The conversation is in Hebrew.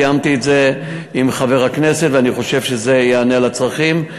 תיאמתי את זה עם חבר הכנסת ואני חושב שזה יענה על הצרכים.